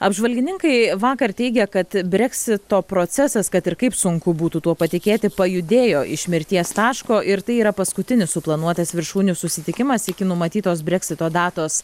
apžvalgininkai vakar teigė kad breksito procesas kad ir kaip sunku būtų tuo patikėti pajudėjo iš mirties taško ir tai yra paskutinis suplanuotas viršūnių susitikimas iki numatytos breksito datos